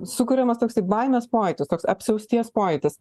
sukuriamas toksai baimės pojūtis toks apsiausties pojūtis